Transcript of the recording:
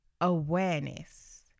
awareness